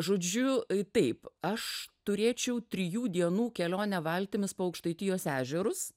žodžiu taip aš turėčiau trijų dienų kelionę valtimis po aukštaitijos ežerus